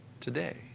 today